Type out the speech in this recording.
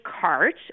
cart